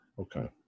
Okay